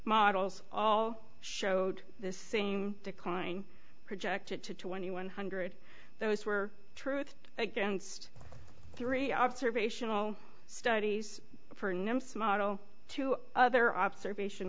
models all showed the same decline projected to twenty one hundred those were truth against three observational studies for numbers model to other observation